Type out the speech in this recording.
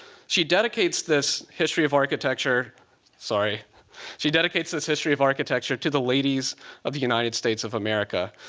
she dedicates this history of architecture sorry she dedicates this history of architecture to the ladies of the united states of america,